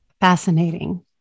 fascinating